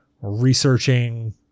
researching